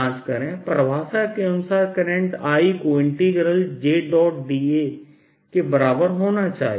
परिभाषा के अनुसार करंट I को Jda के बराबर होना चाहिए